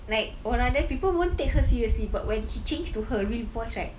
like or rather people won't take her seriously but when she change to her real voice right